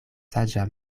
saĝa